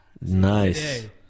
Nice